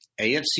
AFC